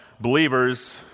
believers